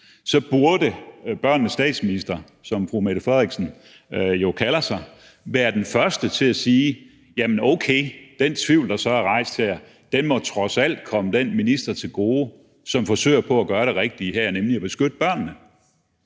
så burde børnenes statsminister, som statsministeren jo kalder sig, være den første til at sige: Okay, den tvivl, der så er rejst her, må trods alt komme den minister til gode, som forsøger på at gøre det rigtige her, nemlig at beskytte børnene